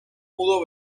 pudo